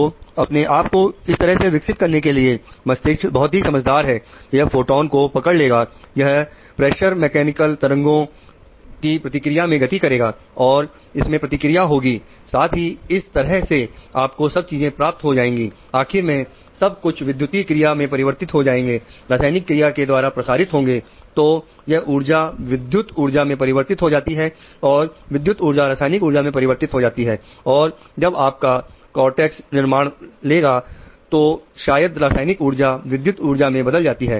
तो अपने आप को इस तरह से विकसित करने के लिए मस्तिष्क बहुत ही समझदार है यह फोटोन का समय है